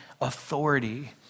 authority